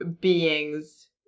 beings